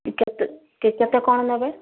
କେତେ କେତେଟା କ'ଣ ନେବେ